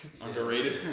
Underrated